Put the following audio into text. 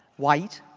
white,